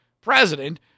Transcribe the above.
president